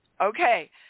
Okay